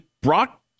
Brock